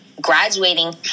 graduating